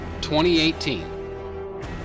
2018